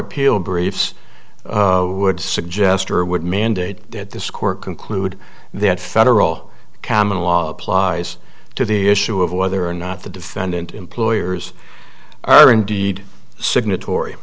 appeal briefs would suggest or would mandate that this court conclude that federal common law applies to the issue of whether or not the defendant employers are indeed signatory